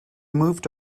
moved